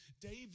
David